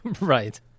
Right